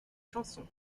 chansons